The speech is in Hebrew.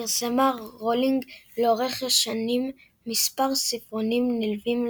פרסמה רולינג לאורך השנים מספר ספרונים נלווים